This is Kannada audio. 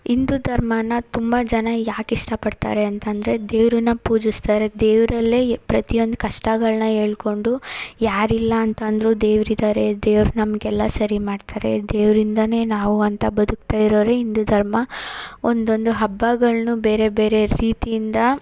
ಹಿಂದೂ ಧರ್ಮನ ತುಂಬ ಜನ ಯಾಕೆ ಇಷ್ಟಪಡ್ತಾರೆ ಅಂತಂದರೆ ದೇವರನ್ನ ಪೂಜಿಸ್ತಾರೆ ದೇವರಲ್ಲೇ ಪ್ರತಿಯೊಂದು ಕಷ್ಟಗಳನ್ನ ಹೇಳ್ಕೊಂಡು ಯಾರೂ ಇಲ್ಲ ಅಂತಂದರೂ ದೇವ್ರು ಇದ್ದಾರೆ ದೇವ್ರು ನಮಗೆಲ್ಲ ಸರಿ ಮಾಡ್ತಾರೆ ದೇವ್ರಿಂದಲೇ ನಾವು ಅಂತ ಬದುಕ್ತಾ ಇರೋರೆ ಹಿಂದೂ ಧರ್ಮ ಒಂದೊಂದು ಹಬ್ಬಗಳನ್ನೂ ಬೇರೆ ಬೇರೆ ರೀತಿಯಿಂದ